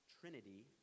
trinity